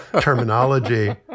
terminology